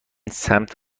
سمت